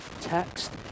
text